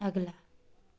ਅਗਲਾ